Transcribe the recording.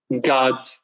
God